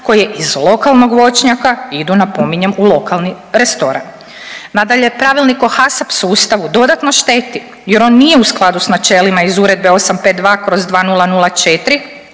koje iz lokalnog voćnjaka idu napominjem u lokalni restoran. Nadalje, Pravilnik o HACCP sustavu dodatno šteti jer on nije u skladu s načelima iz Uredbe 852/2004